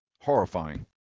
horrifying